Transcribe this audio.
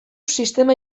sistema